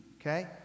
Okay